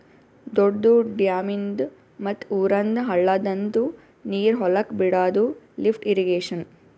ದೊಡ್ದು ಡ್ಯಾಮಿಂದ್ ಮತ್ತ್ ಊರಂದ್ ಹಳ್ಳದಂದು ನೀರ್ ಹೊಲಕ್ ಬಿಡಾದು ಲಿಫ್ಟ್ ಇರ್ರೀಗೇಷನ್